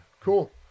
Cool